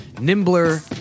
nimbler